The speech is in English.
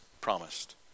promised